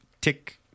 tick